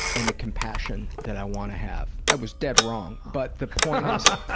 and the compassion that i wanna have. i was dead wrong, but the point ah